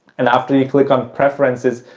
and after you click on preferences,